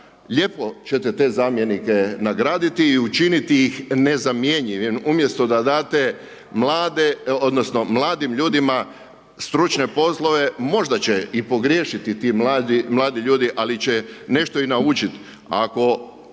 lijepo ćete te zamjenike nagraditi i učiniti ih nezamijenjenim umjesto da date mladim ljudima stručne poslove, možda će i pogriješiti ti mladi ljudi, ali će nešto i naučiti.